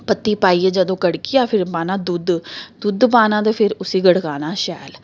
पत्ती पाइयै जदूं गड़की जाऽ फिर पाना दुद्ध दुद्ध पाना ते फिर उस्सी गड़काना शैल